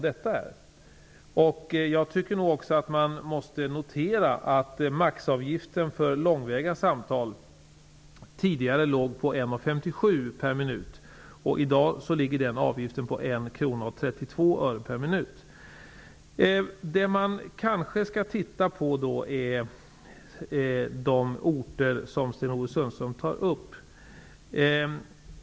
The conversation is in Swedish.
Man bör också notera att maximiavgiften för långväga samtal tidigare var Det man kanske skall titta på är de orter som Sten Ove Sundström tar upp.